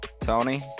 Tony